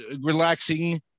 relaxing